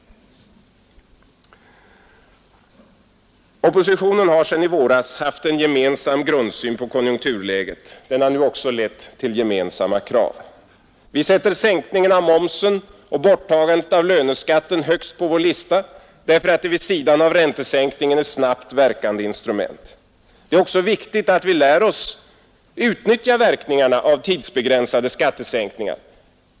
Oppositionen har sedan i våras haft en gemensam grundsyn på konjunkturläget. Den har nu också lett till gemensamma krav, Vi sätter sänkningen av momsen och borttagandet av löneskatten högst på vår lista därför att de vid sidan av räntesänkningen är snabbt verkande instrument. Det är också viktigt att vi lär oss utnyttja verkningarna av tidsbegränsade skattesänkningar.